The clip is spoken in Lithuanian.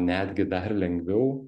netgi dar lengviau